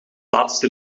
laatste